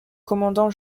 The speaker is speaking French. commandant